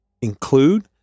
include